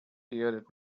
bearded